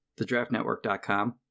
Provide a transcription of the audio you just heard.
thedraftnetwork.com